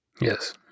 Yes